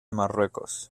marruecos